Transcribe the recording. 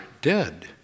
dead